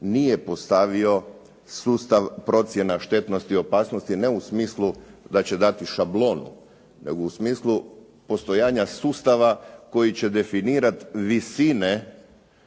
nije postavio sustav procjena štetnosti i opasnosti, ne u smislu da će dati šablonu, nego u smislu postojanja sustava koji će definirati visine